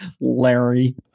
larry